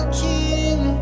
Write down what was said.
king